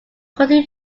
continue